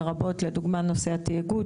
לרבות נושא התאגוד,